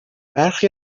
برخی